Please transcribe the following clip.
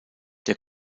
der